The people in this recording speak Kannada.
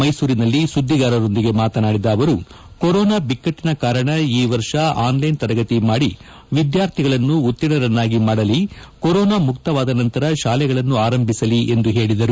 ಮೈಸೂರಿನಲ್ಲಿ ಸುದ್ದಿಗಾರರೊಂದಿಗೆ ಮಾತನಾಡಿದ ಅವರು ಕೊರೋನಾ ಬಿಕ್ಕಟ್ಟಿನ ಕಾರಣ ಈ ವರ್ಷ ಅನ್ಲೈನ್ ತರಗತಿ ಮಾಡಿ ವಿದ್ಯಾರ್ಥಿಗಳನ್ನು ಉತ್ತೀರ್ಣರನ್ನಾಗಿ ಮಾಡಲಿ ಕೊರೋನಾ ಮುಕ್ತವಾದ ನಂತರ ಶಾಲೆಗಳನ್ನು ಆರಂಭಿಸಲಿ ಎಂದು ಹೇಳಿದರು